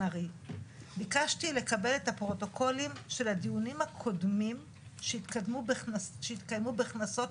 ארי ביקשתי לקבל את הפרוטוקולים של הדיונים הקודמים שהתקיימו בכנסות